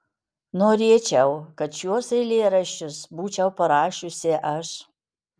norėčiau kad šiuos eilėraščius būčiau parašiusi aš